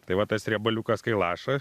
tai va tas riebaliukas kai laša